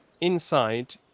Inside